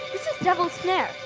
this is devil's snare.